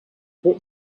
put